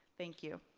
thank you.